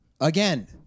again